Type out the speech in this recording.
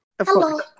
Hello